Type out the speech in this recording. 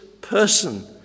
person